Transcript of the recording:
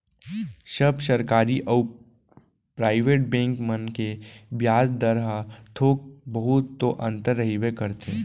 सब सरकारी अउ private bank मन के बियाज दर म थोक बहुत तो अंतर रहिबे करथे